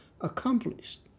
accomplished